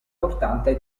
portante